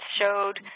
showed